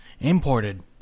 Imported